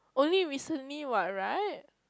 only recently what right